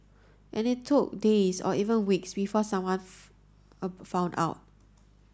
and it took days or even weeks before someone found out